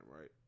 right